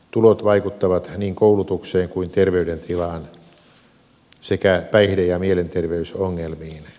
tulot vaikuttavat niin koulutukseen kuin terveydentilaankin sekä päihde ja mielenterveysongelmiin